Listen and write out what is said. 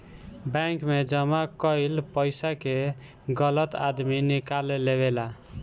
bank मे जमा कईल पइसा के गलत आदमी निकाल लेवेला